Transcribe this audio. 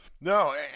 No